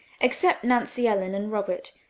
except nancy ellen and robert,